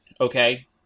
okay